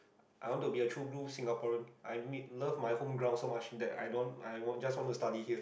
I want to be a true blue Singaporean I need love my home ground so much that I don't I want just to study here